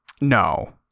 No